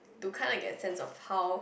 to kind like get a sense of how